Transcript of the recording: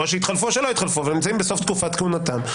או שיתחלפו או שלא יתחלפו אבל נמצאים בסוף תקופת כהונתם,